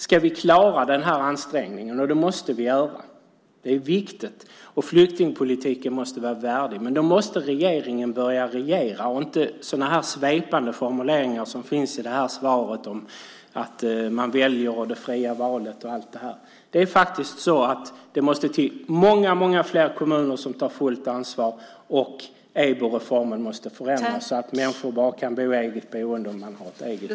Ska vi klara den här ansträngningen - och det måste vi göra, för flyktingpolitiken måste vara värdig - måste regeringen börja regera och inte komma med sådana svepande formuleringar som finns i interpellationssvaret om det fria valet och så vidare. Det måste till många fler kommuner som tar fullt ansvar, och EBO-reformen måste förändras så att människor kan bo i eget boende bara om de har ett eget kontrakt.